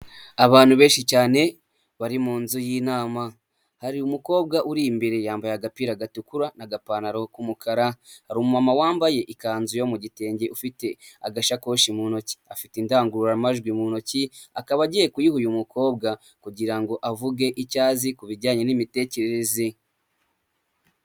Abantu benshi cyane bari mu nzu y'inama, hari umukobwa uri imbere yambaye agapira gatukura n'agapantaro k'umukara, hari umumama wambaye ikanzu yo mu gitenge ufite agasakoshi mu ntoki, afite indangururamajwi mu ntoki, akaba agiye kuyiha uyu mukobwa kugira ngo avuge icya azi ku bijyanye n'imitekerereze.